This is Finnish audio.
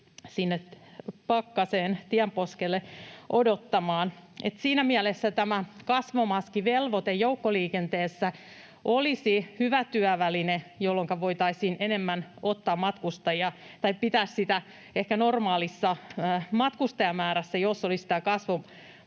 sinne pakkaseen tienposkelle odottamaan. Siinä mielessä tämä kasvomaskivelvoite joukkoliikenteessä olisi hyvä työväline, jolloinka voitaisiin enemmän ottaa matkustajia tai pitää sitä ehkä normaalissa matkustajamäärässä, jos olisi tämä kasvomaskivelvoite,